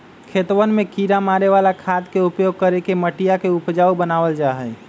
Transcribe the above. खेतवन में किड़ा मारे वाला खाद के उपयोग करके मटिया के उपजाऊ बनावल जाहई